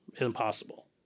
Impossible